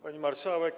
Pani Marszałek!